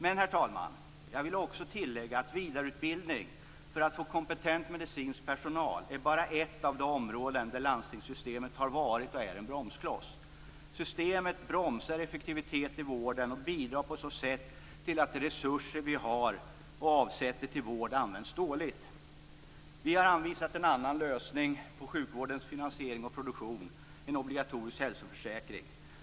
Men, herr talman, jag vill också tillägga att vidareutbildning för att få kompetent medicinsk personal bara är ett av de områden där landstingssystemet har varit och är en bromskloss. Systemet bromsar effektivitet i vården och bidrar på så sätt till att de resurser vi har och avsätter till vård används dåligt. Vi har anvisat en annan lösning på sjukvårdens finansiering och produktion: en obligatorisk hälsoförsäkring.